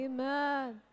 Amen